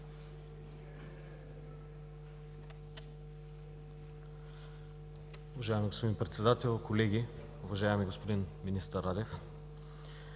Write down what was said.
Уважаеми господин Председател, колеги! Уважаеми господин министър Радев,